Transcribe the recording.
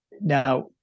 Now